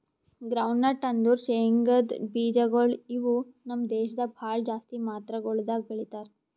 groundnut ಅಂದುರ್ ಶೇಂಗದ್ ಬೀಜಗೊಳ್ ಇವು ನಮ್ ದೇಶದಾಗ್ ಭಾಳ ಜಾಸ್ತಿ ಮಾತ್ರಗೊಳ್ದಾಗ್ ಬೆಳೀತಾರ